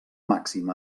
màxim